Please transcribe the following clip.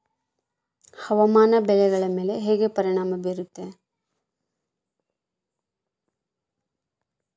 ಹವಾಮಾನ ಬೆಳೆಗಳ ಮೇಲೆ ಹೇಗೆ ಪರಿಣಾಮ ಬೇರುತ್ತೆ?